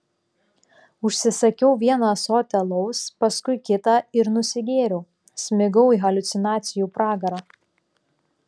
užsisakiau vieną ąsotį alaus paskui kitą ir nusigėriau smigau į haliucinacijų pragarą